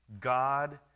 God